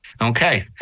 Okay